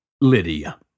Lydia